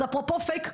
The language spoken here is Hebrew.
אז אפרופו ׳Fake׳,